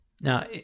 Now